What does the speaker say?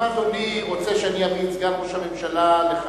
אם אדוני רוצה שאני אביא את סגן ראש הממשלה לכאן,